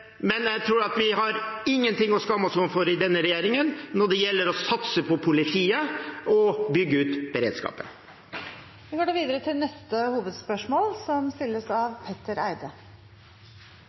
Men jeg tror at denne regjeringen ikke har noe å skamme seg over når det gjelder å satse på politiet og bygge ut beredskapen. Vi går videre til neste hovedspørsmål.